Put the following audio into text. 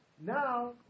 now